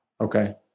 Okay